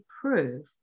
prove